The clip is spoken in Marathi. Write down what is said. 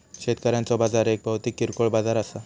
शेतकऱ्यांचो बाजार एक भौतिक किरकोळ बाजार असा